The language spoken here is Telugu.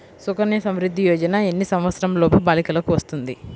సుకన్య సంవృధ్ది యోజన ఎన్ని సంవత్సరంలోపు బాలికలకు వస్తుంది?